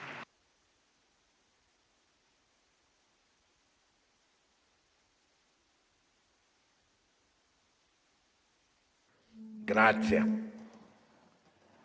grazie